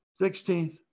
16th